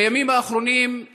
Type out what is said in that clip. בימים האחרונים,